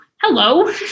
hello